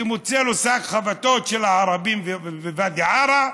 שמוצא לו שק חבטות של הערבים בוואדי עארה,